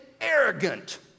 arrogant